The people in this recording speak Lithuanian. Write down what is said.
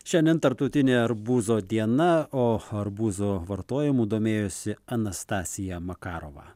šiandien tarptautinė arbūzo diena o arbūzo vartojamu domėjosi anastasija makarova